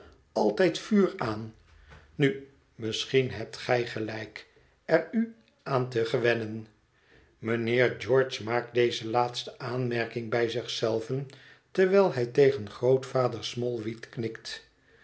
altijd vuur aan nu misschien hebt gij gelijk er u aan te gewennen mijnheer george maakt déze laatste aanmerking bij zich zelven terwijl hij tegen grootvader smallweed knikt